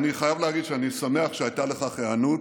ואני חייב להגיד שאני שמח שהייתה לכך היענות.